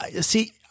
see